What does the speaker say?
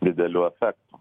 didelių efektų